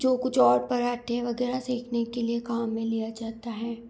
जो कुछ और पराठे वग़ैरह सेकने के लिए काम में लिए जाते हैं